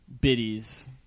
biddies